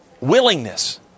willingness